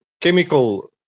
chemical